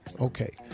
Okay